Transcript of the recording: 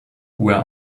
where